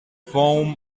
foam